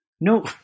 No